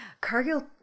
Cargill